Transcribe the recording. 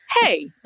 hey